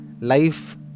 Life